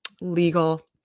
legal